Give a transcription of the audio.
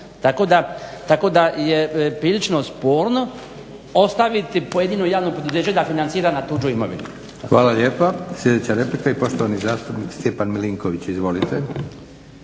Tako da je prilično sporno ostaviti pojedino javno poduzeće da financira na tuđu imovinu.